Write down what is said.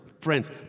Friends